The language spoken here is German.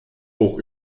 hoch